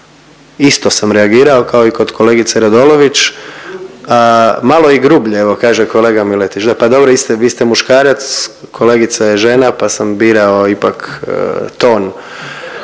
Isto sam reagirao kao i kod kolegice Radolović. Malo i grupe evo kaže kolega Miletić. Pa dobro, vi ste, vi ste muškarac, kolegica je žena pa sam birao ipak ton.